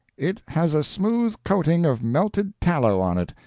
it has a smooth coating of melted tallow on it.